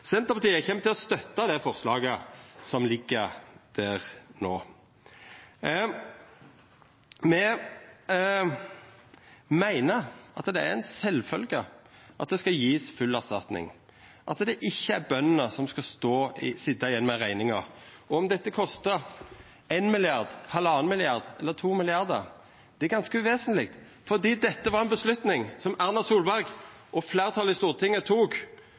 Senterpartiet kjem til å støtta forslaget som ligg her no. Me meiner at det er sjølvsagt at det skal gjevast full erstatning, at det ikkje er bøndene som skal sitja igjen med rekninga. Om det kostar 1 mrd. kr, 1,5 mrd. kr eller 2 mrd. kr, er ganske uvesentleg, for dette var ei avgjerd som Erna Solberg og fleirtalet i Stortinget tok